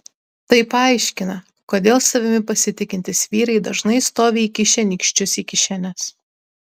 tai paaiškina kodėl savimi pasitikintys vyrai dažnai stovi įkišę nykščius į kišenes